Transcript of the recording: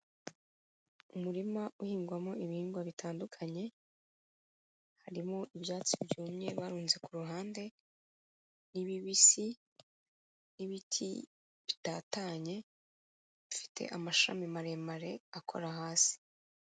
Umurima uhingwamo ibihingwa bitandukanye. Harimo ibyatsi byumye barunze ku ruhande n'ibibisi n'ibiti bitatanye bifite amashami maremare akora hasi.